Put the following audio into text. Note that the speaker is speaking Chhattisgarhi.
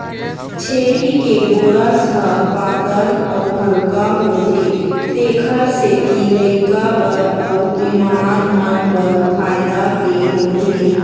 छेरी के गोरस ह पातर अउ हल्का होथे तेखर सेती लइका बर अउ बिमार मन बर फायदा के होथे